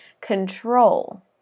control